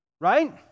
Right